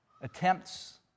attempts